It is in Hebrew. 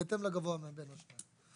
בהתאם לגבוה מבין השניים".